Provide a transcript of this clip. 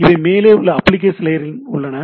இவை மேலே உள்ள அப்ளிகேஷன் லேயரில் உள்ளன